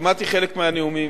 שמעתי חלק מהנאומים.